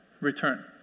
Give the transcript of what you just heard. return